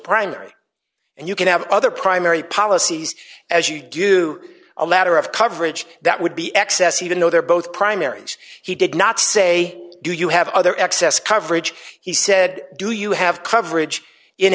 primary and you can have other primary policies as you do a letter of coverage that would be excess even though they're both primaries he did not say do you have other excess coverage he said do you have coverage in